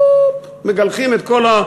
מגלחים את כל,